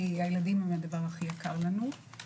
כי הילדים הם הדבר הכי יקר לנו.